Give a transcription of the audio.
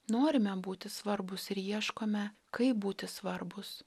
norime būti svarbūs ir ieškome kaip būti svarbūs